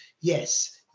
yes